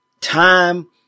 Time